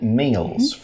meals